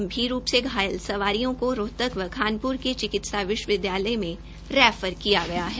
गंभीर रूप से घायल सवारियों को रोहतक व खानप्रा के चिकित्सा विश्वविद्याय में रैफर किया गया है